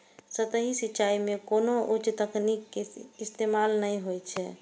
सतही सिंचाइ मे कोनो उच्च तकनीक के इस्तेमाल नै होइ छै